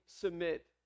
submit